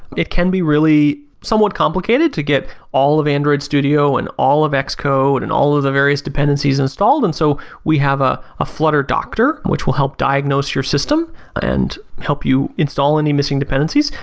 it can be somewhat complicated to get all of android studio and all of x code and all of the various dependencies installed and so we have a ah flutter doctor, which will help diagnose your system and help you install any missing dependencies.